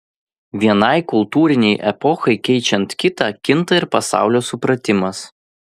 vienai kultūrinei epochai keičiant kitą kinta ir pasaulio supratimas